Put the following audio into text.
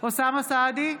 אוסאמה סעדי,